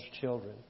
children